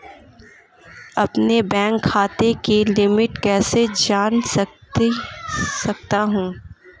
अपने बैंक खाते की लिमिट कैसे जान सकता हूं?